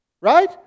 Right